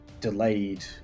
delayed